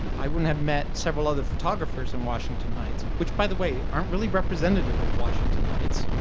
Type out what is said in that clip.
i wouldn't have met several other photographers in washington heights which, by the way, aren't really representative of washington heights,